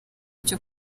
cyo